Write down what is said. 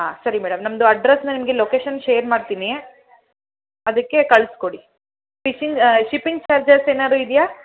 ಹಾಂ ಸರಿ ಮೇಡಮ್ ನಮ್ಮದು ಅಡ್ರೆಸನ್ನು ನಿಮಗೆ ಲೊಕೇಶನ್ ಶೇರ್ ಮಾಡ್ತೀನಿ ಅದಕ್ಕೆ ಕಳಿಸ್ಕೊಡಿ ಶಿಪ್ಪಿಂಗ್ ಚಾರ್ಜಸ್ ಏನಾದ್ರು ಇದೆಯಾ